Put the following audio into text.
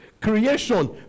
Creation